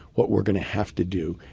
what we're going to have to do,